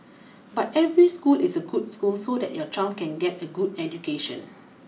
but every school is a good school so that your child can get a good education